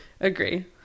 Agree